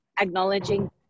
acknowledging